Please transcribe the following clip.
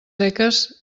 seques